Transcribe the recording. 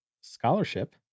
scholarship